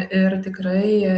ir tikrai